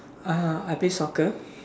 uh I play soccer